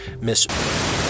Miss